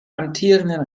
amtierenden